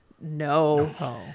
No